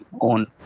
own